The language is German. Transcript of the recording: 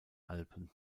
alpen